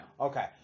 Okay